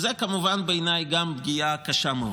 זו כמובן, בעיניי, גם פגיעה קשה מאוד.